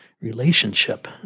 relationship